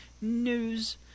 news